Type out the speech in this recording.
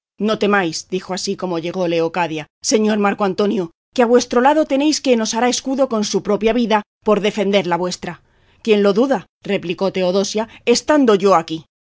no temáis dijo así como llegó leocadia señor marco antonio que a vuestro lado tenéis quien os hará escudo con su propia vida por defender la vuestra quién lo duda replicó teodosia estando yo aquí